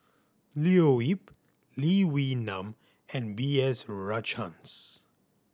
Leo Yip Lee Wee Nam and B S Rajhans